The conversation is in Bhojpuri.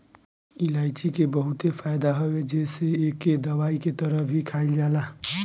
इलायची के बहुते फायदा हवे जेसे एके दवाई के तरह भी खाईल जाला